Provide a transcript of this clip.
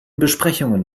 besprechungen